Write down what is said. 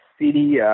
city